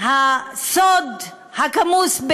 הסוד הכמוס,